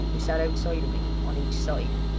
who sat outside of me on each side.